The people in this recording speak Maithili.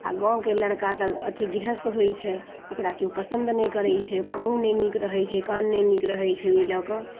आओर गाँवके लड़िका तऽ गिरहस्थ होइ छै ओकरा केओ पसन्द नहि करै छै ओकरा मुँह नहि नीक रहै छै कान नहि नीक रहै छै ओइ लऽ कऽ